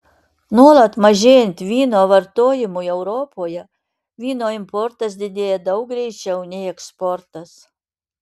nuolat mažėjant vyno vartojimui europoje vyno importas didėja daug greičiau nei eksportas